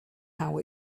how